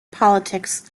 politics